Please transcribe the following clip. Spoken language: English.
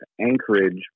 Anchorage